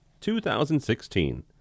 2016